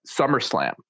SummerSlam